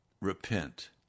repent